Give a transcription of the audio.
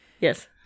yes